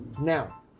Now